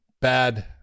Bad